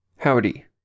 Howdy